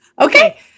okay